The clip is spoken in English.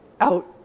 out